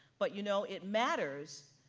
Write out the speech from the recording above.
but you know, it matters,